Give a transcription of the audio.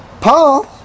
Paul